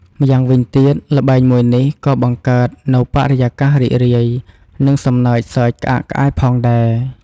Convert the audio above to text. ម្យ៉ាងវិញទៀត ល្បែងមួយនេះក៏បង្កើតនូវបរិយាកាសរីករាយ និងសំណើចសើចក្អាកក្អាយផងដែរ។